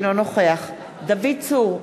אינו נוכח דוד צור,